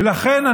ולכן,